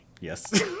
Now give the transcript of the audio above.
Yes